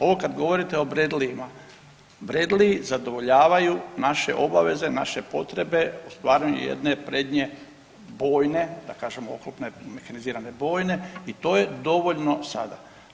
Ovo kad govorite o Bradley-ima, Bradley-i zadovoljavaju naše obaveze, naše potrebe, stvaranje jedne prednje bojne da kažem oklopne mehanizirane bojne i to dovoljno sada.